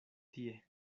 tie